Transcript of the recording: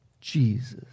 Jesus